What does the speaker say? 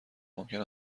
ممکن